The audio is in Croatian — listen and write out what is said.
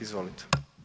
Izvolite.